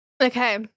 Okay